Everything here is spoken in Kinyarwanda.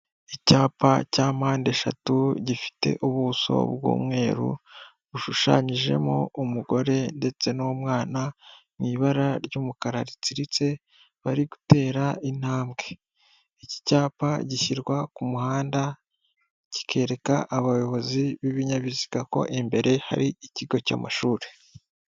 Icyapa cya mpande eshatu, gifite ubuso bw'umweru, bushushanyijemo umugore ndetse n'umwana, mu ibara ry'umukara ritsiritse, bari gutera intambwe. Iki cyapa gishyirwa ku muhanda, kikereka abayobozi b'ibinyabiziga ko imbere hari ikigo cy'amashuri.